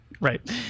Right